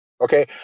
Okay